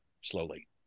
slowly